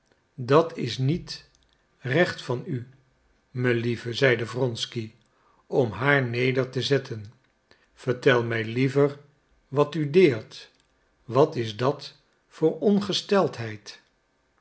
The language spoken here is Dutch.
dat is niet recht van u melieve zeide wronsky om haar neder te zetten vertel mij liever wat u deert wat is dat voor